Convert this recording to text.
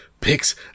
picks